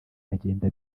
bagenda